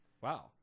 Wow